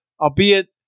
albeit